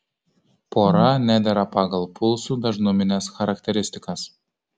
pora nedera pagal pulsų dažnumines charakteristikas